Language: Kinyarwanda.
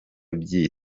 by’iyi